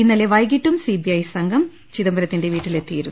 ഇന്നലെ വൈകീട്ടും സിബിഐ സംഘം ചിദംബരത്തിന്റെ വീട്ടിലെത്തിയിരുന്നു